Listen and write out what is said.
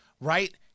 right